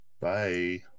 Bye